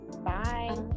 Bye